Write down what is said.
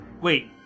Wait